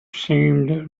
seemed